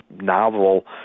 novel